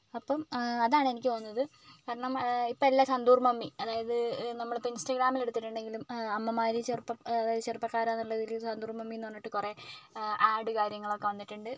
അപ്പം അതാണ് എനിക്ക് തോന്നുന്നത് കാരണം ഇപ്പോൾ എല്ലാ സന്തൂർ മമ്മി അതായത് നമ്മളിപ്പോൾ ഇൻസ്റ്റഗ്രാമിൽ എടുത്തിട്ടുണ്ടെങ്കിലും അമ്മമാർ ചെറുപ്പം ചെറുപ്പക്കാരാണെന്നുള്ള ഇതിൽ സന്തൂർ മമ്മി എന്ന് പറഞ്ഞിട്ട് കുറെ ആഡ് കാര്യങ്ങളൊക്കെ വന്നിട്ടുണ്ട്